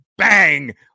Bang